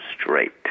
straight